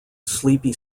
sleepy